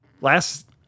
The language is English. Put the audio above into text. last